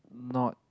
not